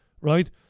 right